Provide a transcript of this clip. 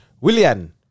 Willian